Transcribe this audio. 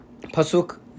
Pasuk